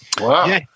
Wow